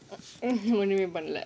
எதுவுமே பண்ணல:edhuvumae pannala